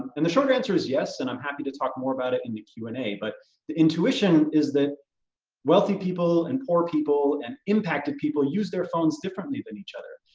and the short answer is yes, and i'm happy to talk more about it in the q and a, but the intuition is that wealthy people and poor people and impacted people use their phones differently than each other.